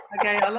Okay